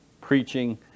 preaching